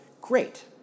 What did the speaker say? Great